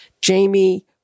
Jamie